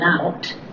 out